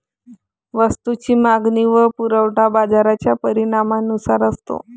वस्तूची मागणी व पुरवठा बाजाराच्या परिणामानुसार असतो